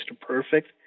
Perfect